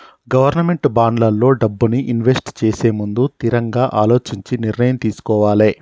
government బాండ్లల్లో డబ్బుని invest చేసేముందు తిరంగా అలోచించి నిర్ణయం తీసుకోవాలే